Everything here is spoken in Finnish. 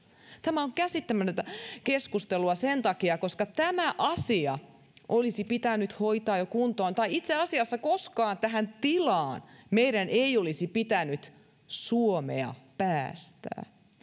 tämä on käsittämätöntä keskustelua sen takia että tämä asia olisi pitänyt hoitaa jo kuntoon tai itse asiassa koskaan tähän tilaan meidän ei olisi pitänyt suomea päästää